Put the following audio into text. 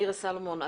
מירה סלומון.